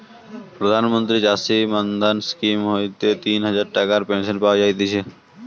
প্রধান মন্ত্রী চাষী মান্ধান স্কিম হইতে তিন হাজার টাকার পেনশন পাওয়া যায়তিছে